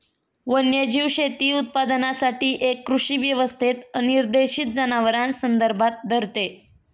वन्यजीव शेती उत्पादनासाठी एक कृषी व्यवस्थेत अनिर्देशित जनावरांस संदर्भात धरते